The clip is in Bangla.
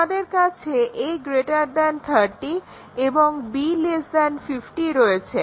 আমাদের কাছে a 30 এবং b 50 রয়েছে